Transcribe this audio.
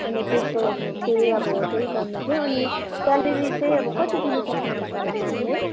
अनि त्यसको चाहिँ अब त्यही भन्नु थियो अनि स्यालेरी चाहिँ अब कति दिन सक्नुहुन्छ होला म्यामले